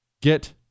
get